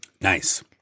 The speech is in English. Nice